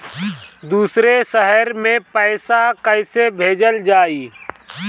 दूसरे शहर में पइसा कईसे भेजल जयी?